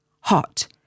Hot